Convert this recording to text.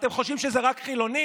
ואתם חושבים שזה רק חילונים?